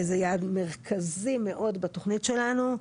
זה יעד מרכזי מאוד בתוכנית שלנו.